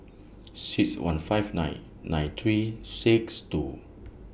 six one five nine nine three six two